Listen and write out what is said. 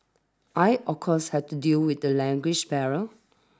I of course had to deal with the language barrier